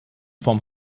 form